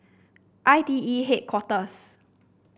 I T E Headquarters